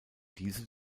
diese